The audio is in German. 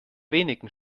wenigen